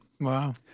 Wow